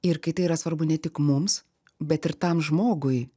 ir kai tai yra svarbu ne tik mums bet ir tam žmogui